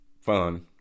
fun